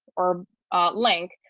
or link,